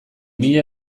mila